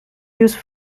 used